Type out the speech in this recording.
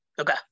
Okay